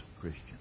Christian